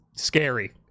scary